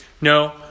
No